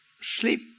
sleep